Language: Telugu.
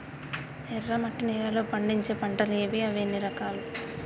ఎర్రమట్టి నేలలో పండించే పంటలు ఏవి? అవి ఎన్ని రకాలు?